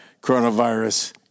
coronavirus